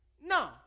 No